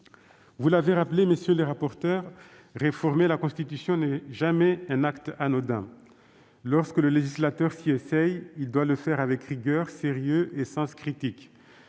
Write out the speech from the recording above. Vous l'avez rappelé, messieurs les rapporteurs, réformer la Constitution n'est jamais un acte anodin. Lorsque le législateur s'y essaye, il doit le faire avec rigueur, sérieux et sens critique.